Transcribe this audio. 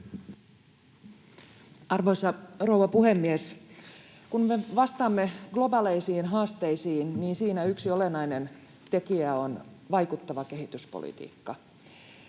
Arvoisa rouva puhemies! Kun me vastaamme globaaleihin haasteisiin, siinä yksi olennainen tekijä on vaikuttava kehityspolitiikka.